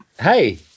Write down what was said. hey